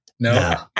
No